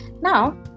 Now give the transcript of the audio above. Now